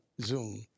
Zoom